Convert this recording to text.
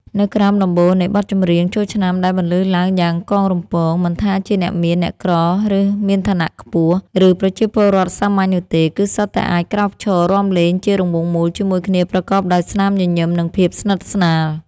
នៅក្រោមដំបូលនៃបទចម្រៀងចូលឆ្នាំដែលបន្លឺឡើងយ៉ាងកងរំពង មិនថាជាអ្នកមាន អ្នកក្រ អ្នកមានឋានៈខ្ពស់ ឬប្រជាពលរដ្ឋសាមញ្ញនោះទេ គឺសុទ្ធតែអាចក្រោកឈររាំលេងជារង្វង់មូលជាមួយគ្នាប្រកបដោយស្នាមញញឹម និងភាពស្និទ្ធស្នាល។